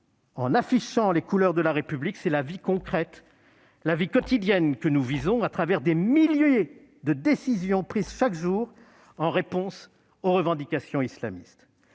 En affichant les couleurs de la République, c'est la vie concrète, la vie quotidienne, que nous visons, à travers des milliers de décisions prises chaque jour en réponse aux revendications islamistes.